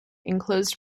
enclosed